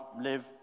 live